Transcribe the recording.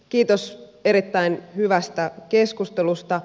kiitos erittäin hyvästä keskustelusta